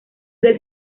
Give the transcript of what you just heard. del